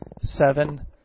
seven